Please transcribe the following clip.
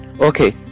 Okay